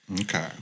Okay